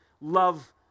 love